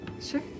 Sure